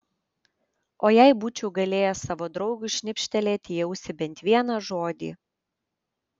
o jei būčiau galėjęs savo draugui šnibžtelėti į ausį bent vieną žodį